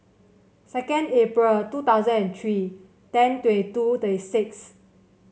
second April two thousand and three ten twenty two twenty six